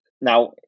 now